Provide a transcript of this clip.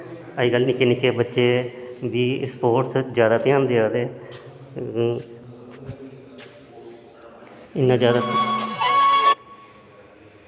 अजकल्ल निक्के निक्के बच्चे बी स्पोटस च जैदा ध्यान देआ दे ते इन्ना जैदा